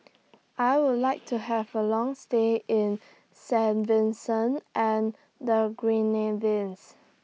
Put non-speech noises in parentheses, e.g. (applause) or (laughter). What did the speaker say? (noise) I Would like to Have A Long stay in Saint Vincent and The Grenadines